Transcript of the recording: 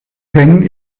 penh